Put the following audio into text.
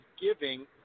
giving